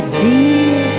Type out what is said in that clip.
dear